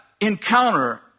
encounter